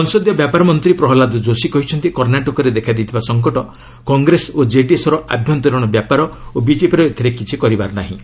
ସଂସଦୀୟ ବ୍ୟାପାର ମନ୍ତ୍ରୀ ପ୍ରହଲ୍ଲାଦ ଯୋଶୀ କହିଛନ୍ତି କର୍ଷାଟକରେ ଦେଖାଦେଇଥିବା ସଙ୍କଟ କଂଗ୍ରେସ ଓ ଜେଡିଏସ୍ର ଆଭ୍ୟନ୍ତରୀଣ ବ୍ୟାପାର ଓ ବିଜେପିର ଏଥିରେ କିଛି କହିବାର ନାହିଁ